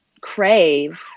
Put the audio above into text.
crave